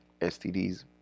STDs